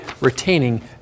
retaining